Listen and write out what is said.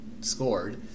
scored